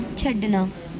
ਛੱਡਣਾ